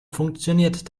funktioniert